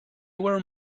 were